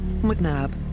McNab